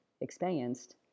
experienced